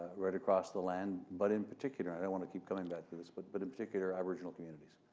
right across the land, but in particular, i don't want to keep coming back to this, but but in particular, aboriginal communities.